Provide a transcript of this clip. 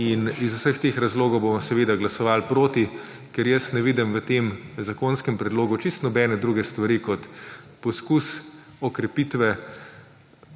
In iz vseh teh razlogov bomo seveda glasovali proti, ker jaz ne vidim v tem zakonskem predlogu čisto nobene druge stvari kot poskus okrepitve